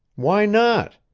why not?